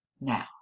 Now